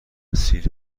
سیر